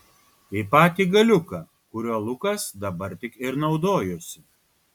į patį galiuką kuriuo lukas dabar tik ir naudojosi